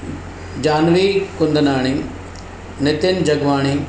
Janvi Kundnani Nitin Jagwani